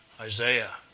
Isaiah